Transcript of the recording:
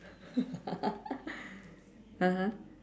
(uh huh)